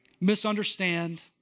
misunderstand